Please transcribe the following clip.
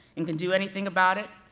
and can do anything about it,